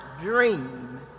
dream